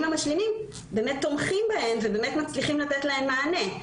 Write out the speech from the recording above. המשלימים אכן תומכים בהן ובאמת מצליחים לתת להן מענה.